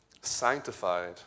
sanctified